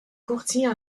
courtier